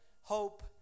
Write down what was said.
hope